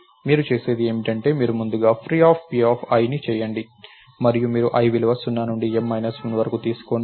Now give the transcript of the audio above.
మీరు చేసేది ఏమిటంటే మీరు ముందుగా freepi చేయండి మరియు మీరు i విలువ 0 నుండి M మైనస్ 1 వరకు తీసుకోండి